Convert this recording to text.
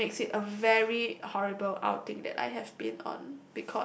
which makes it a very horrible outing that I have been on